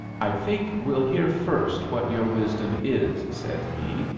i think we'll hear first what your wisdom is, said he,